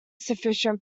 sufficient